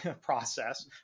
process